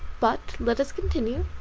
but let us continue.